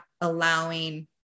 allowing